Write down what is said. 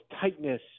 tightness